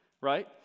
right